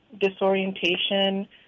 disorientation